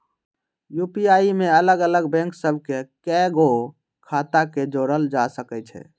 UPI में अलग अलग बैंक सभ के कएगो खता के जोड़ल जा सकइ छै